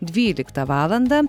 dvyliktą valandą